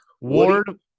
Ward